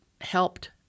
helped